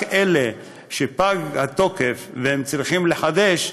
רק אלה שפג התוקף והם צריכים לחדש,